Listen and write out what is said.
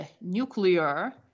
nuclear